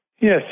Yes